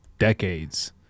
decades